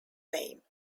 name